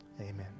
Amen